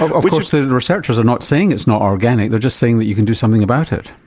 of course the researchers are not saying it's not organic, they are just saying that you can do something about it.